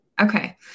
okay